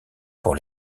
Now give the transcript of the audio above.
pour